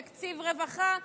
תקציב רווחה,